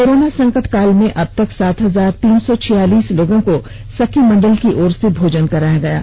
corona संकट काल में अब तक सात हजार तीन सौ छियालिस लोगों को सखी मंडल की ओर से भोजन कराया गया है